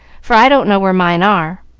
for i don't know where mine are.